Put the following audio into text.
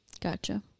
Gotcha